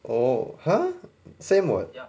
oh !huh! same [what]